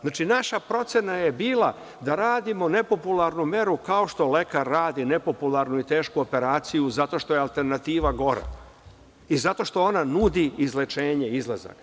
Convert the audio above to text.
Znači, naša procena je bila da radimo nepopularnu meru, kao što lekar radi nepopularnu i tešku operaciju, zato što je alternativa gora i zato što ona nudi izlečenje, izlazak.